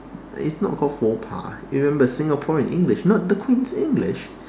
it's not called faux pas you remember Singaporean English not the Queen's English